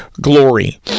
glory